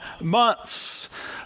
months